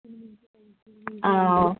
आं